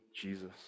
Jesus